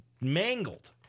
mangled